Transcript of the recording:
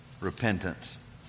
repentance